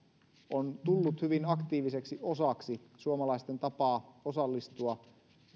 on tullut hyvin aktiiviseksi osaksi suomalaisten tapaa osallistua